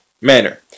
manner